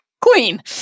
Queen